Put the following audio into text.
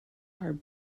are